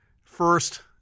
first